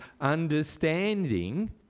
understanding